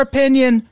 Opinion